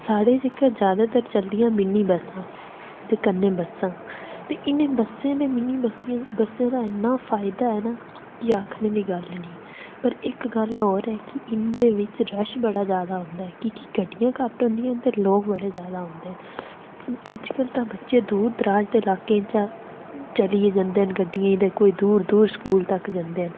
साढ़े जेह्का तां जादैतर चलदियां मिन्नी बस्सां ते कन्नै बस्सां ते इनें बस्सें दे ते कन्नै मिन्नी दी गल्ल निं पर इक्क गल्ल होर ऐ उंदे बिच रश बड़ा जादा होंदा ऐ ते गड्डियां घट्ट होंदियां ते लोक बड़े जादा होंदे न ते अज्जकल दे बच्चे दूर दराज़ दे लाके चा चलियै जंदे न गड्डियें ई ते कोई दूर दूर स्कूल तक्क जंदे न